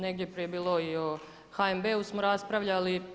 Negdje prije je bilo i o HNB-u smo raspravljali.